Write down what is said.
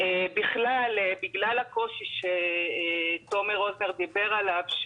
בעניין הקושי שדיבר עליו תומר רוזנר,